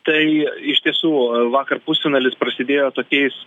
tai iš tiesų vakar pusfinalis prasidėjo tokiais